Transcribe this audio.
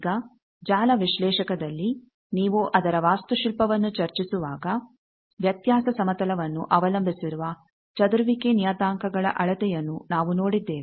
ಈಗ ಜಾಲ ವಿಶ್ಲೇಷಕದಲ್ಲಿ ನೀವು ಅದರ ವಾಸ್ತುಶಿಲ್ಪವನ್ನು ಚರ್ಚಿಸುವಾಗ ವ್ಯತ್ಯಾಸ ಸಮತಲವನ್ನು ಅವಲಂಬಿಸಿರುವ ಚದುರುವಿಕೆ ನಿಯತಾಂಕಗಳ ಅಳತೆಯನ್ನು ನಾವು ನೋಡಿದ್ದೇವೆ